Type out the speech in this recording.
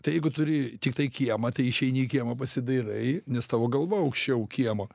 tai jeigu turi tiktai kiemą tai išeini į kiemą pasidairai nes tavo galva aukščiau kiemo